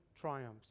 triumphs